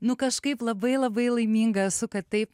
nu kažkaip labai labai laiminga esu kad taip